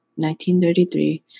1933